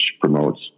promotes